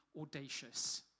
audacious